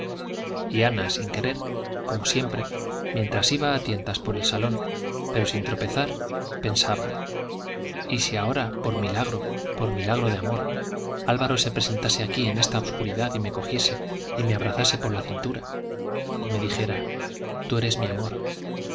y ana sin querer como siempre mientras iba a tientas por el salón pero sin tropezar pensaba y si ahora por milagro por milagro de amor álvaro se presentase aquí en esta obscuridad y me cogiese y me abrazase por la cintura y me dijera tú eres mi amor